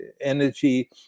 energy